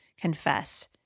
confess